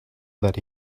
that